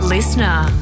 Listener